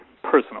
personal